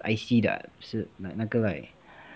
icey 不是那个 like